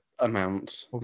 amount